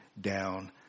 down